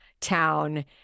town